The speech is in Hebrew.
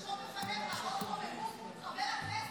רשום לפניך, הוד רוממות חבר הכנסת